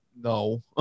no